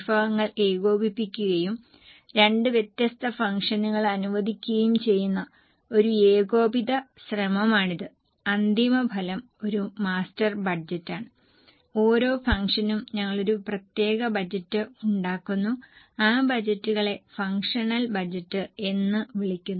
വിഭവങ്ങൾ ഏകോപിപ്പിക്കുകയും രണ്ട് വ്യത്യസ്ത ഫംഗ്ഷനുകൾ അനുവദിക്കുകയും ചെയ്യുന്ന ഒരു ഏകോപിത ശ്രമമാണിത് അന്തിമഫലം ഒരു മാസ്റ്റർ ബജറ്റാണ് ഓരോ ഫംഗ്ഷനും ഞങ്ങൾ ഒരു പ്രത്യേക ബജറ്റ് ഉണ്ടാക്കുന്നു ആ ബജറ്റുകളെ ഫംഗ്ഷണൽ ബജറ്റ് എന്ന് വിളിക്കുന്നു